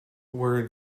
where